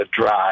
drive